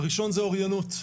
הראשונה היא אוריינות,